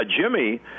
Jimmy